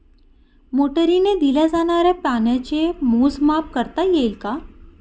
मोटरीने दिल्या जाणाऱ्या पाण्याचे मोजमाप करता येईल का?